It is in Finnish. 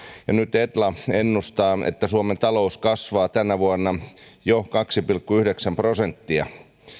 ja nyt etla ennustaa että suomen talous kasvaa tänä vuonna jo kaksi pilkku yhdeksän prosenttia